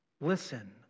Listen